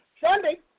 Sunday